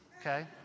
okay